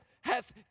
hath